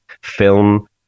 film